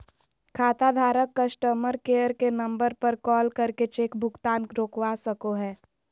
खाताधारक customer care के number पर कॉल करके चेक भुगतान रोकवा सको हय